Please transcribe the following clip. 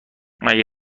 مگه